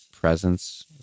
presence